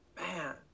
man